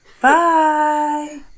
Bye